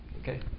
Okay